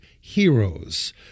Heroes